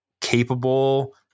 capable